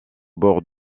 bord